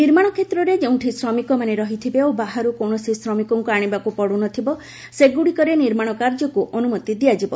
ନିର୍ମାଣ କ୍ଷେତ୍ରରେ ଯେଉଁଠି ଶ୍ରମିକମାନେ ରହିଥିବେ ଓ ବାହାରୁ କୌଣସି ଶ୍ରମିକଙ୍କୁ ଆଣିବାକୁ ପଡୁନଥିବ ସେଗୁଡ଼ିକରେ ନିର୍ମାଣ କାର୍ଯ୍ୟକୁ ଅନୁମତି ଦିଆଯିବ